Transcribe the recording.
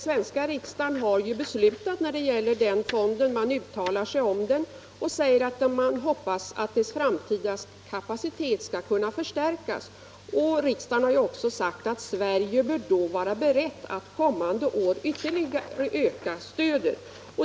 Sveriges riksdag har också uttalat sig när det gäller kapitalfonden och har sagt att man hoppas att dess framtida kapacitet skall kunna förstärkas. Riksdagen har också sagt att Sverige bör då vara beredd att kommande år ytterligare öka stödet.